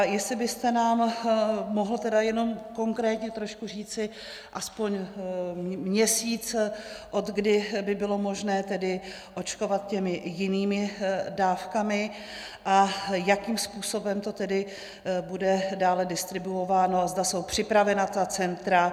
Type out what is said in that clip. Jestli byste nám mohl jenom konkrétně trošku říci aspoň měsíc, odkdy by bylo možné očkovat těmi jinými dávkami a jakým způsobem to tedy bude dále distribuováno a zda jsou připravena ta centra.